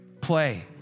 Play